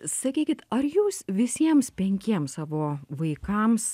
sakykit ar jūs visiems penkiems savo vaikams